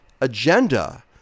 agenda